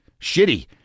shitty